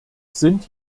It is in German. sind